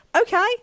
okay